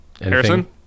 Harrison